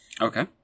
Okay